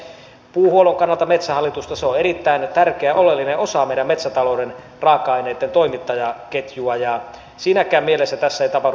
mehän tarvitsemme puuhuollon kannalta metsähallitusta se on erittäin tärkeä ja oleellinen osa meidän metsätalouden raaka aineitten toimittajaketjua ja siinäkään mielessä tässä ei tapahdu mitään dramatiikkaa